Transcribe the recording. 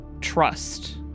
trust